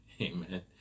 Amen